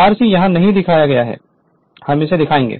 rc यहां नहीं दिखाया गया है हम इसे दिखाएंगे